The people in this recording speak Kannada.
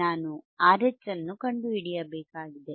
ನಾನು RH ಅನ್ನು ಕಂಡುಹಿಡಿಯಬೇಕಾಗಿದೆ